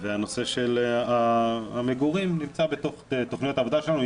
והנושא של המגורים נמצא בתוך תוכניות העבודה שלנו.